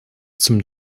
zum